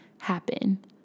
happen